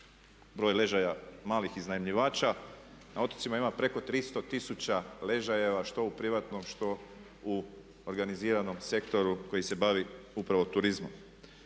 broj ležajeva malih iznajmljivača. Na otocima ima preko 300 tisuća ležajeva što u privatnom što u organiziranom sektoru koji se bavi upravo turizmom.